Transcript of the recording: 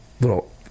little